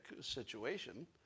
situation